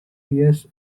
years